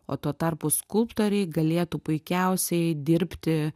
o tuo tarpu skulptoriai galėtų puikiausiai dirbti